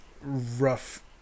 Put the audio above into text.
rough